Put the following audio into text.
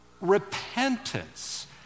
repentance